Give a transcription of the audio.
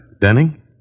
Denning